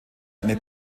eine